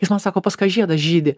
jis man sako pas ką žiedas žydi